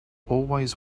always